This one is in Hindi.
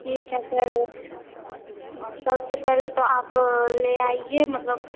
ठीक है सर सबसे पहले तो आप ले आइए मतलब